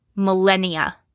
millennia